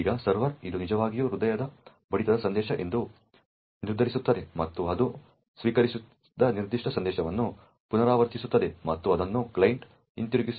ಈಗ ಸರ್ವರ್ ಇದು ನಿಜವಾಗಿಯೂ ಹೃದಯ ಬಡಿತದ ಸಂದೇಶ ಎಂದು ನಿರ್ಧರಿಸುತ್ತದೆ ಮತ್ತು ಅದು ಸ್ವೀಕರಿಸಿದ ನಿರ್ದಿಷ್ಟ ಸಂದೇಶವನ್ನು ಪುನರಾವರ್ತಿಸುತ್ತದೆ ಮತ್ತು ಅದನ್ನು ಕ್ಲೈಂಟ್ಗೆ ಹಿಂತಿರುಗಿಸುತ್ತದೆ